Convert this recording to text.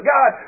God